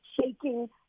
shaking